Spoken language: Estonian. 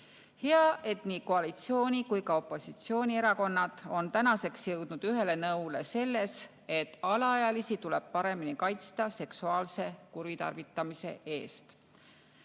Hea, et nii koalitsiooni‑ kui ka opositsioonierakonnad on tänaseks jõudnud ühele nõule selles, et alaealisi tuleb paremini kaitsta seksuaalse kuritarvitamise